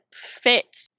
fit